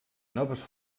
noves